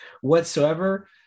whatsoever